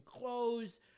clothes